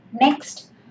next